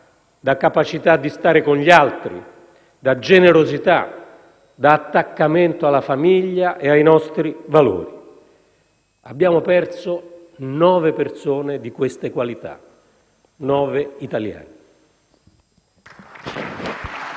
da capacità di stare con gli altri, da generosità, da attaccamento alla famiglia e ai nostri valori. Abbiamo perso nove persone dotate di queste qualità. Nove italiani.